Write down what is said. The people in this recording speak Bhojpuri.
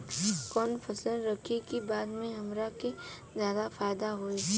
कवन फसल रखी कि बाद में हमरा के ज्यादा फायदा होयी?